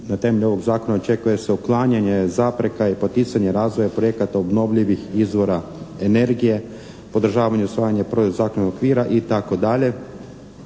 na temelju ovog zakona očekuje se uklanjanje zapreka i poticanje razvoja projekata obnovljivih izvora energije, podržavanje i usvajanje …/Govornik